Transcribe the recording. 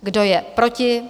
Kdo je proti?